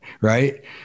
right